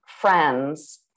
friends